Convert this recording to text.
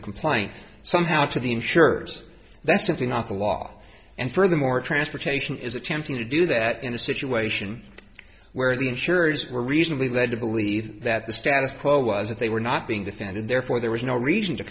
the complaint somehow to the insurers that's something not the law and furthermore transportation is attempting to do that in a situation where the insurers were reasonably led to believe that the status quo was that they were not being defended therefore there was no reason to